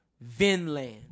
Vinland